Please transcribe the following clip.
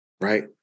Right